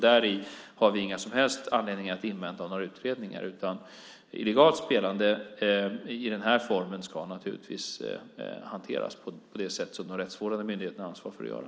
Där har vi ingen som helst anledning att invänta några utredningar. Illegalt spelande i den formen ska naturligtvis hanteras på det sätt som de rättsvårdande myndigheterna har ansvar för att göra.